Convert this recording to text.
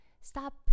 stop